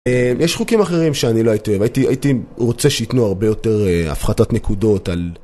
יש חוקים אחרים שאני לא הייתי אוהב, הייתי רוצה שייתנו הרבה יותר הפחתת נקודות על...